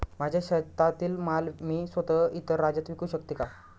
माझ्या शेतातील माल मी स्वत: इतर राज्यात विकू शकते का?